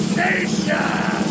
nation